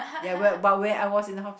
ya but but when I was in the house